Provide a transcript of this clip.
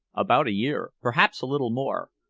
about a year perhaps a little more.